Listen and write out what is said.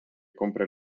compre